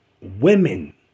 women